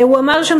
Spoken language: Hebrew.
הוא אמר שם,